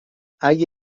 اگه